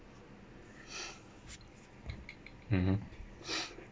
mmhmm